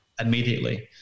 immediately